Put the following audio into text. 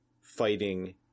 fighting